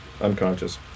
Unconscious